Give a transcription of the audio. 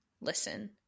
Listen